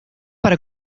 para